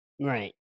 Right